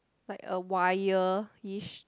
like a wire ish